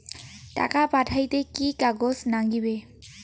টাকা পাঠাইতে কি কাগজ নাগীবে?